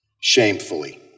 shamefully